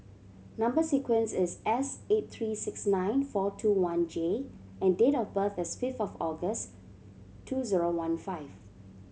number sequence is S eight three six nine four two one J and date of birth is fifth of August two zero one five